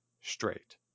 straight